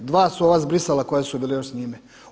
Dva su ova zbrisala koja su bili još s njime.